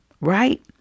Right